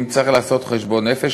אם צריך לעשות חשבון נפש,